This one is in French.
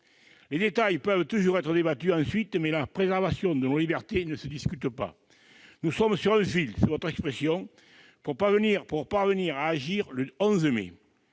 Les détails peuvent, eux, toujours être débattus, mais la préservation de nos libertés ne se discute pas. Nous sommes sur un fil- c'est votre expression -dans la perspective du 11 mai.